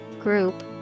group